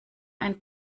ein